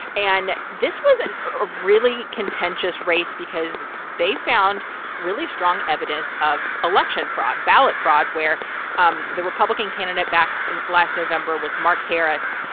and this was a really contentious race because they found really strong evidence of election fraud, ballot fraud where um the republican candidate back and last november was mark harris,